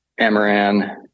Amaran